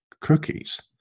cookies